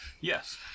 Yes